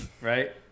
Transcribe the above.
right